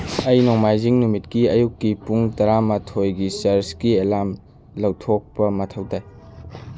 ꯑꯩ ꯅꯣꯡꯃꯥꯏꯖꯤꯡ ꯅꯨꯃꯤꯠꯀꯤ ꯑꯌꯨꯛꯀꯤ ꯄꯨꯡ ꯇꯔꯥ ꯃꯥꯊꯣꯏꯒꯤ ꯆꯔꯁꯀꯤ ꯑꯦꯂꯥꯔꯝ ꯂꯧꯊꯣꯛꯄ ꯃꯊꯧ ꯇꯥꯏ